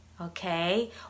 Okay